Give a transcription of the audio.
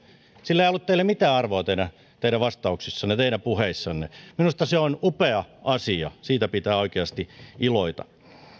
sillä ei ollut teille mitään arvoa teidän vastauksissanne teidän puheissanne minusta se on upea asia siitä pitää oikeasti iloita